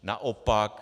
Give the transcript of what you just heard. Naopak.